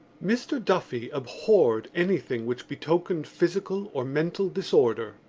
mr. duffy abhorred anything which betokened physical or mental disorder.